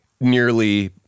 nearly